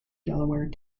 delaware